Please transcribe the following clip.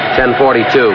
10.42